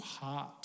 heart